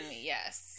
yes